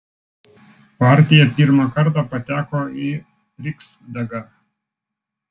partija pirmą kartą pateko į riksdagą